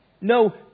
No